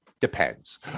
depends